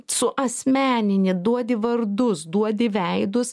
suasmenini duodi vardus duodi veidus